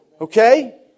Okay